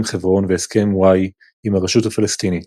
חברון והסכם וואי עם הרשות הפלסטינית.